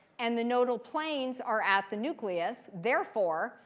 and the nodal planes are at the nucleus. therefore,